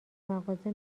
مغازه